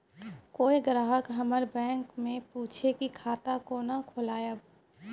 कोय ग्राहक हमर बैक मैं पुछे की खाता कोना खोलायब?